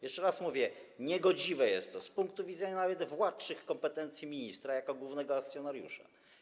Jeszcze raz mówię: niegodziwe jest to z punktu widzenia nawet władczych kompetencji ministra jako głównego akcjonariusza.